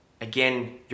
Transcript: again